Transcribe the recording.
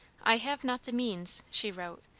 i have not the means, she wrote,